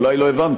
אולי לא הבנתי,